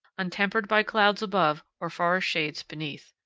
untempered by clouds above or forest shades beneath.